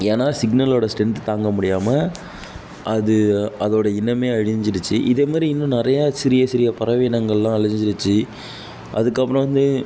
ஏன்னா சிக்னலோடய ஸ்ட்ரென்த் தாங்க முடியாமல் அது அதோடய இனமே அழிஞ்சிடுத்து இதே மாதிரி இன்னும் நிறையா சிறிய சிறிய பறவை இனங்கள்லாம் அழிஞ்சிருத்து அதுக்கப்புறம் வந்து